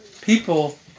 people